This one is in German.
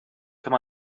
kann